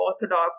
orthodox